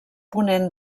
ponent